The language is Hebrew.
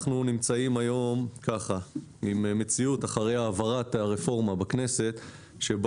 אנחנו נמצאים היום אחרי העברת הרפורמה בכנסת בה